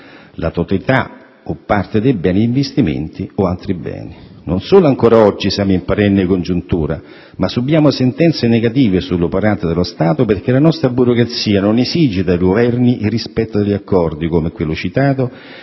la totalità o parte dei beni di investimento o altri beni. Non solo ancora oggi siamo in perenne congiuntura, ma subiamo sentenze negative sull'operato dello Stato perché la nostra burocrazia non esige dai Governi il rispetto degli accordi, come quello citato,